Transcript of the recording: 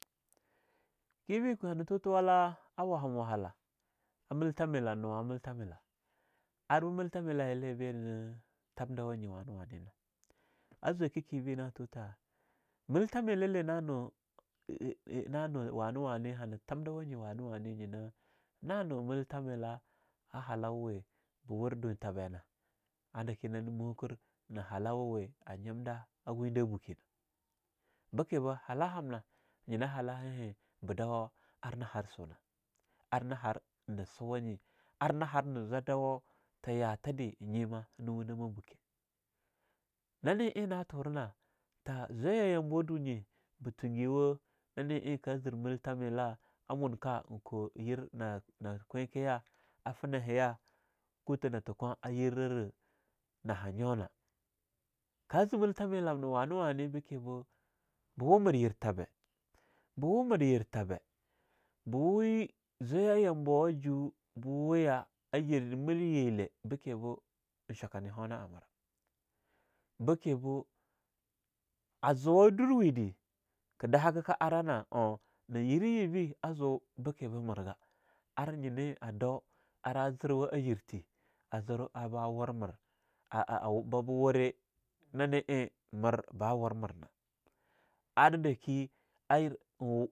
Yibe hanah tuntuwalah waham-wahala a melthamela, nuwamelthamela. Ar be melthala laye leh benah thamdawa nye wane-wane nah? Ar eing zwakah ke bah, na tootha melthamelale nano eh eh nano wane-wane hana thamdawanyi wane-wane nyina nano melthamela a hallawe ba wur dunthabe nah, a dake nane moker na hallahwe a nyemdah a windah a buke nah. Be ke bo hallah hamnah nyina hallahein ba dawo ar na ha so na ar na har ein suwah nye, ar na har na zwa dawo ta yatare nyemah na wunah ma buke. Na ne eing na turina tha zwaya yambawa dunye bah tungewa na eing ka zir melthamelah a monka ein kou-kiyir nakwei, na finaheya kutha nathekwa a yerara nahanyo nah, ka zee melthame lamna wane-wane beke boo bah wu mir yerthabya ba wumir yerthabya, ba wu zwaya yambo, aju ba wuya ayir milyirle bikembo ein chwakah ne honaha mirah. Bekimbo a zuwa durwe dah, ka dahaga ka arah na o, nayeri yebe azoo bekim boo mergah ar nyinah a do arah zirwah yirthee, a zir arbah wur mir ah ah ba ba wuri nane ein mir ba wur mirna ar dake.